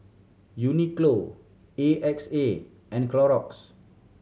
Uniqlo A X A and Clorox